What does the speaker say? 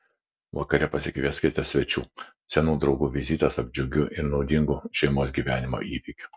vakare pasikvieskite svečių senų draugų vizitas taps džiugiu ir naudingu šeimos gyvenimo įvykiu